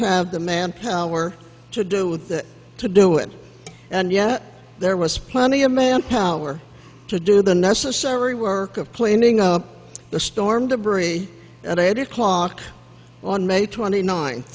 have the manpower to do with the to do it and yet there was plenty of manpower to do the necessary work of planning up the storm debris at eight o'clock on may twenty nin